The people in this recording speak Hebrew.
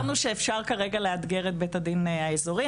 אנחנו סברנו שאפשר כרגע לאתגר את בית הדין האיזורי.